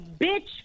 bitch